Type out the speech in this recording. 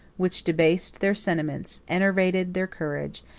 which debased their sentiments, enervated their courage,